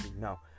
No